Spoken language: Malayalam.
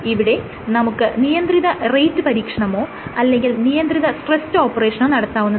ഇവിടെ നമുക്ക് നിയന്ത്രിത റേറ്റ് പരീക്ഷണമോ അല്ലെങ്കിൽ നിയന്ത്രിത സ്ട്രെസ്സ്ഡ് ഓപ്പറേഷനോ നടത്താവുന്നതാണ്